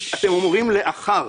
אתם אומרים "לאחר".